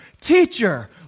Teacher